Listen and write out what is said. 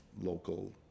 local